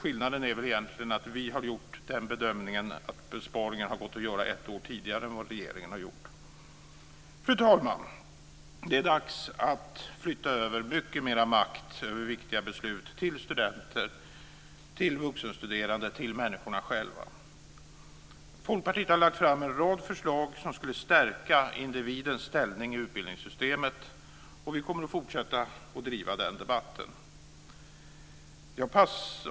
Skillnaden är väl egentligen att vi har gjort bedömningen att besparingen gått att göra ett år tidigare än vad regeringen har gjort. Fru talman! Det är dags att flytta över mycket mera makt över viktiga beslut till studenterna och de vuxenstuderande - till människorna själva. Vi i Folkpartiet har lagt fram en rad förslag till åtgärder som skulle stärka individens ställning i utbildningssystemet och vi kommer att fortsätta att driva den debatten.